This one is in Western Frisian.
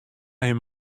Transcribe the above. him